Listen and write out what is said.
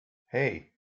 hey